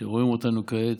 שרואים אותנו כעת,